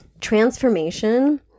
Transformation